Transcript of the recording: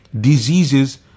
diseases